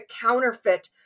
counterfeit